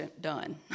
done